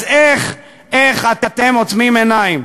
אז איך, איך אתם עוצמים עיניים?